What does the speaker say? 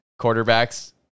Quarterbacks